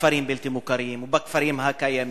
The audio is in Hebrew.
בכפרים הבלתי-מוכרים ובכפרים הקיימים,